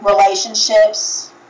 relationships